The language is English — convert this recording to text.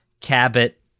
Cabot